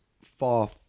far